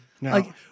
no